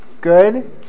Good